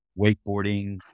wakeboarding